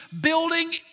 building